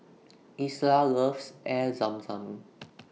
Isla loves Air Zam Zam